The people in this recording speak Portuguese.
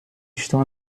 estão